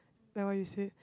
like what you said